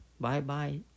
Bye-bye